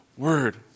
Word